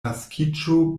naskiĝo